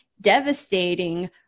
devastating